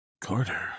Carter